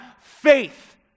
faith